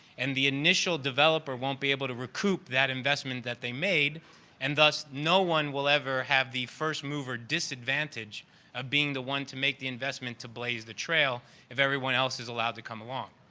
and the initial developer won't be able to recoup that investment that they made and thus, no one will ever have the first move or disadvantage of being the one to make the investment to blaze the trail if everyone else is allowed to come along.